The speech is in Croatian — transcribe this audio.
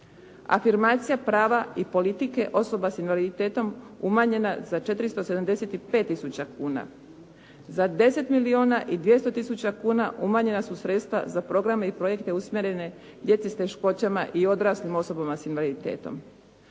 Afirmacija prava i politike osoba s invaliditetom umanjena za 475 tisuća kuna. Za 10 milijuna i 200 tisuća kuna umanjena su sredstva za programe i projekte usmjerene djeci s teškoćama i odraslim osobama s invaliditetom.